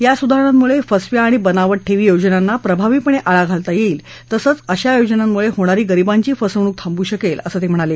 या सुधारणांमुळे फसव्या आणि बनावट ठेवी योजनांना प्रभावीपणे आळा घालता येईल तसंच अशा योजनांमुळे होणारी गरीबांची फसवणूक थांबू शकेल असं ते म्हणाले